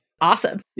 awesome